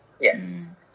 yes